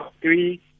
three